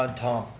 and tom.